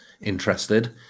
interested